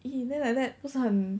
mm then like that 不是很